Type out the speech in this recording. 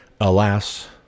alas